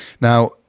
Now